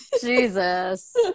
Jesus